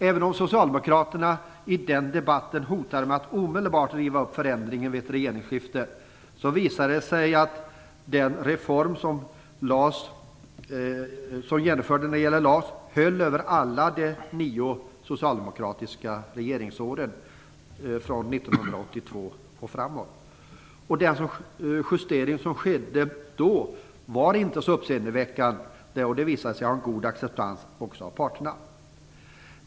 Även om socialdemokraterna i den debatten hotade med att omedelbart riva upp förändringen vid ett regeringsskifte visade det sig att den reform som genomfördes av LAS höll över alla de nio socialdemokratiska regeringsåren, från 1982 och framåt. Den justering som skedde då var inte så uppseendeväckande, och den visade sig ha en god acceptans också av parterna.